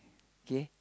K